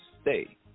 stay